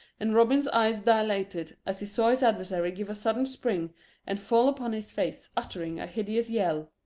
and robin's eyes dilated as he saw his adversary give a sudden spring and fall upon his face, uttering a hideous yell.